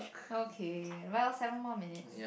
okay well seven more minutes